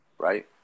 right